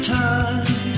time